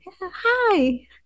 hi